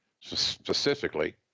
specifically